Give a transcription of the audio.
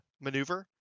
maneuver